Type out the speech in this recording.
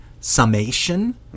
summation